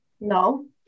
No